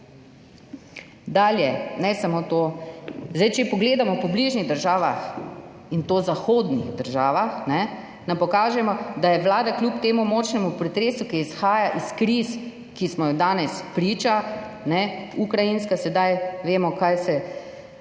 Dalje, ne samo to. Če pogledamo po bližnjih državah, in to zahodnih državah, se nam pokaže, da je vlada kljub temu močnemu pretresu, ki izhaja iz kriz, ki smo jim danes priča, ukrajinska, vemo, kaj se